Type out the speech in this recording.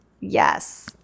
yes